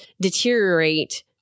deteriorate